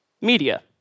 media